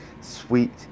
Sweet